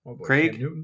Craig